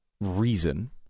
reason